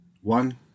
One